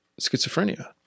schizophrenia